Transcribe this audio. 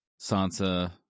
Sansa